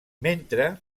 mentre